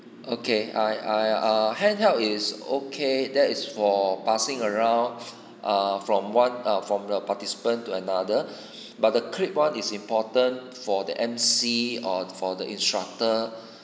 okay I I uh handheld is okay that is for passing around err from one err from the participants to another but the clip [one] is important for the emcee or for the instructor